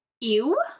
Ew